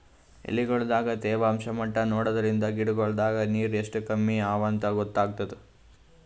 ಎಲಿಗೊಳ್ ದಾಗ ತೇವಾಂಷ್ ಮಟ್ಟಾ ನೋಡದ್ರಿನ್ದ ಗಿಡಗೋಳ್ ದಾಗ ನೀರ್ ಎಷ್ಟ್ ಕಮ್ಮಿ ಅವಾಂತ್ ಗೊತ್ತಾಗ್ತದ